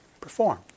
perform